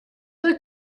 eux